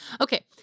Okay